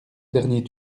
dernier